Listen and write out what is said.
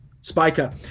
Spiker